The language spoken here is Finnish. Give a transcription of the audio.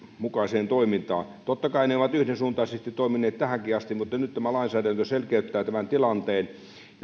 mukaiseen toimintaan totta kai ne ovat yhdensuuntaisesti toimineet tähänkin asti mutta nyt tämä lainsäädäntö selkeyttää tämän tilanteen